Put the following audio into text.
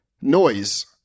Noise